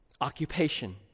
Occupation